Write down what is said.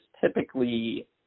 typically